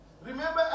Remember